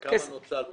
וכמה נוצל בפועל.